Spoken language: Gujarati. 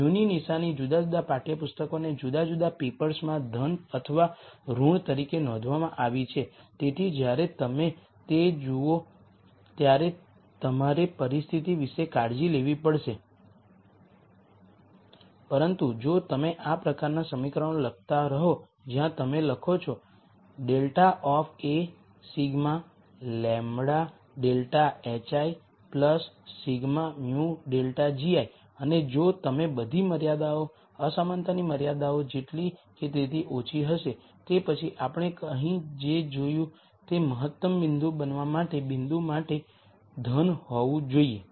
μ ની નિશાની જુદા જુદા પાઠયપુસ્તકો અને જુદા જુદા પેપર મા ધન અથવા ઋણ તરીકે નોંધવામાં આવી છે તેથી જ્યારે તમે તે જુઓ ત્યારે તમારે પરિસ્થિતિ વિશે કાળજી લેવી પડશે પરંતુ જો તમે આ પ્રકારના સમીકરણો લખતા રહો જ્યાં તમે લખો છો ∇ ઓફ a σ λ ∇ hi σ μ ∇ gi અને જો તમે બધી મર્યાદાઓ અસમાનતાની મર્યાદાઓ જેટલી કે તેથી ઓછી હશે તે પછી આપણે અહીં જે જોયું તે મહત્તમ બિંદુ બનવા માટે બિંદુ માટે ધન હોવુંજોઈએ